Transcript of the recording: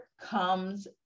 comes